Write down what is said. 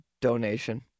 donation